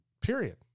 Period